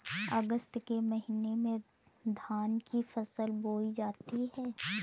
अगस्त के महीने में धान की फसल बोई जाती हैं